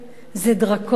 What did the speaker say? זה דרקוני.